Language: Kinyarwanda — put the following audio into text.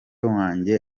wanjye